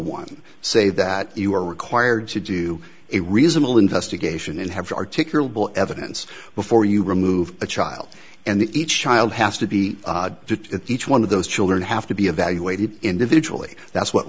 one say that you are required to do it reasonable investigation and have articulable evidence before you remove a child and each child has to be each one of those children have to be evaluated individually that's what